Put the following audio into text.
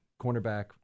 cornerback